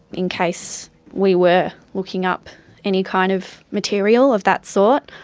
in case we were looking up any kind of material of that sort.